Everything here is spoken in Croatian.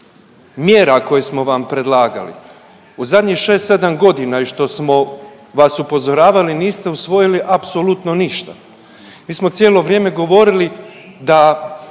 mjera koje smo vam predlagali u zadnjih 6, 7 godina i što smo vas upozoravali, niste usvojili apsolutno ništa. Mi smo cijelo vrijeme govorili da